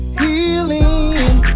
healing